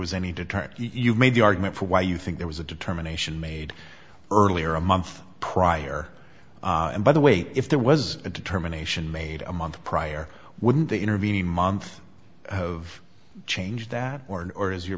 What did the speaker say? was any deterrent you made the argument for why you think there was a determination made earlier a month prior and by the way if there was a determination made a month prior wouldn't the intervening months of change that or and or is your